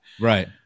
Right